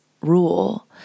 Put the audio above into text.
rule